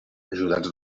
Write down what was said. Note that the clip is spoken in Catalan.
ajudats